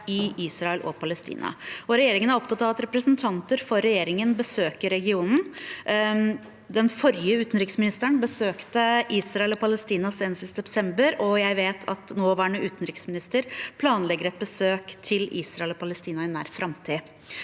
i Israel og Palestina, og regjeringen er opptatt av at representanter for regjeringen besøker regionen. Den forrige utenriksministeren besøkte Israel og Palestina senest i september, og jeg vet at nåværende utenriksminister planlegger et besøk til Israel og Palestina i nær framtid.